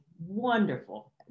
wonderful